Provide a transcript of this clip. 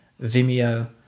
vimeo